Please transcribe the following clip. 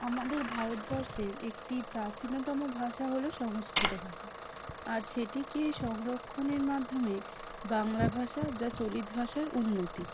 আমাদের ভারতবর্ষের একটি প্রাচীনতম ভাষা হল সংস্কৃত ভাষা আর সেটিকে সংরক্ষণের মাধ্যমে বাংলা ভাষা যা চলিত ভাষার উন্নতি